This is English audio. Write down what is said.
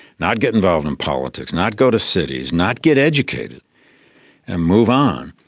not get involved in politics, not go to cities, not get educated and move on.